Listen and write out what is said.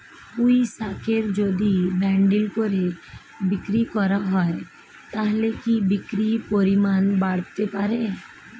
পুঁইশাকের যদি বান্ডিল করে বিক্রি করা হয় তাহলে কি বিক্রির পরিমাণ বাড়তে পারে?